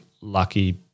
lucky